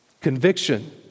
Conviction